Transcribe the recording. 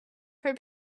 for